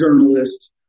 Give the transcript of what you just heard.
journalists